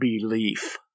belief